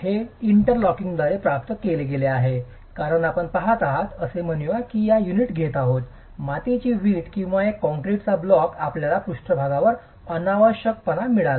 आणि म्हणूनच हे इंटरलॉकिंगद्वारे प्राप्त केले गेले आहे कारण आपण पहात आहात असे म्हणू या की आपण युनिट घेत आहात मातीची वीट किंवा एक काँक्रीट ब्लॉक आपल्याला पृष्ठभागावर अनावश्यकपणा मिळाला